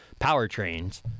powertrains